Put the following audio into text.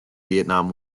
vietnam